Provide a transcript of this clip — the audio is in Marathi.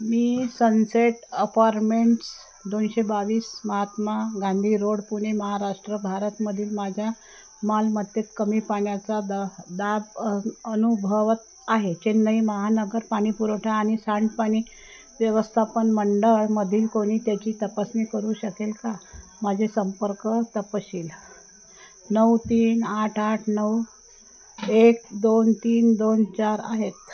मी सनसेट अपारमेंट्स दोनशे बावीस महात्मा गांधी रोड पुणे महाराष्ट्र भारतमधील माझ्या मालमत्तेत कमी पाण्याचा द दाब अनुभवत आहे चेन्नई महानगर पाणीपुरवठा आणि सांडपाणी व्यवस्थापन मंडळामधील कोणी त्याची तपासणी करू शकेल का माझे संपर्क तपशील नऊ तीन आठ आठ नऊ एक दोन तीन दोन चार आहेत